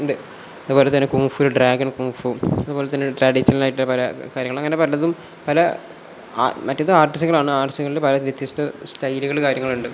ഉണ്ട് അതു പോലെ തന്നെ കുംഫു ഡ്രാഗൻ കുംഫു അതു പോലെ തന്നെ ട്രഡീഷണൽ ആയിട്ടുള്ള പല കാര്യങ്ങൾ അങ്ങനെ പലതും പല ആ മറ്റേത് ആർട്ടിസ്റ്റുകളാണ് ആർസ്റ്റുകളിൽ പല വ്യത്യസ്ത സ്റ്റൈലുകൾ കാര്യങ്ങളുണ്ട്